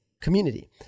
community